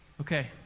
okay